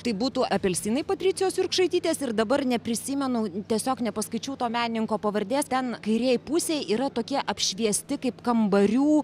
tai būtų apelsinai patricijos jurkšaitytės ir dabar neprisimenu tiesiog nepaskaičiau to menininko pavardės ten kairėj pusėj yra tokie apšviesti kaip kambarių